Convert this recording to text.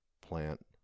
plant